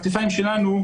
על הכתפיים שלנו,